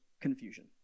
confusion